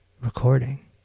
recording